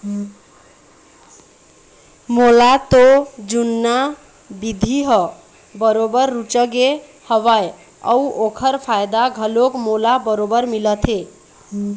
मोला तो जुन्ना बिधि ह बरोबर रुचगे हवय अउ ओखर फायदा घलोक मोला बरोबर मिलत हे